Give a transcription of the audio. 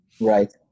right